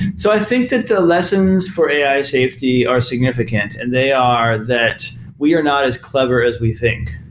so i think that the lessons for ai safety are significant, and they are that we are not as clever as we think,